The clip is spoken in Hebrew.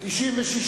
התשס"ט 2009, נתקבל.